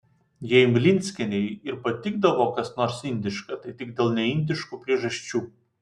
jei mlinskienei ir patikdavo kas nors indiška tai tik dėl neindiškų priežasčių